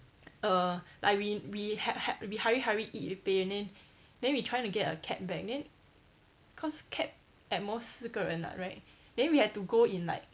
err like we we ha~ ha~ we hurry hurry eat pay and then then we trying to get a cab back then cause cab at most 四个人啦 right then we had to go in like